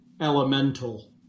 Elemental